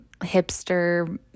hipster